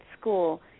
school